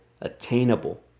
attainable